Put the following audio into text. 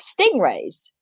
Stingrays